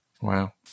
Wow